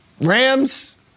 Rams